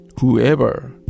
Whoever